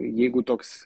jeigu toks